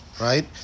right